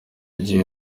gihe